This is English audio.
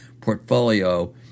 portfolio